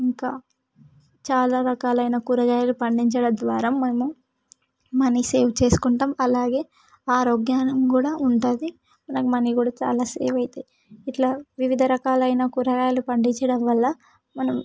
ఇంకా చాలా రకాలైన కూరగాయలు పండించడం ద్వారా మనం మనీ సేవ్ చేసుకుంటాం అలాగే ఆరోగ్యం కూడా ఉంటుంది మనకి మనీ కూడా చాలా సేవ్ అవుతుంది ఇట్లా వివిధ రకాలైన కూరగాయలు పండించడం వల్ల మనం